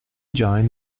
joined